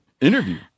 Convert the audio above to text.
Interview